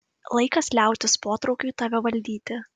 laikas liautis potraukiui tave valdyti